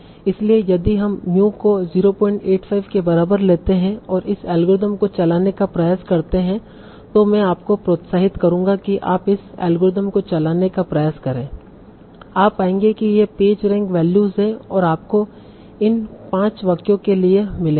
इसलिए यदि हम mu को 085 के बराबर लेते हैं और इस अल्गोरिथम को चलाने का प्रयास करते हैं तो मैं आपको प्रोत्साहित करूंगा कि आप इस एल्गोरिथम को चलाने का प्रयास करें आप पाएंगे कि ये पेज रैंक वैल्यूज हैं जो आपको इन पांच वाक्यों के लिए मिलेंगे